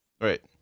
Right